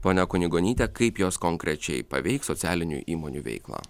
pone kunigonyte kaip jos konkrečiai paveiks socialinių įmonių veiklą